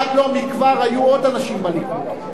עד לא מכבר היו עוד אנשים בליכוד.